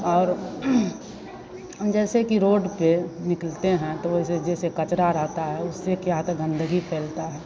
और जैसे कि रोड पर निकलते हैं तो वैसे जैसे कचरा रहता है उससे क्या होता गंदगी फैलती है